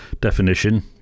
definition